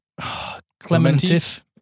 Clementif